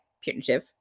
punitive